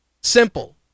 Simple